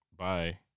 bye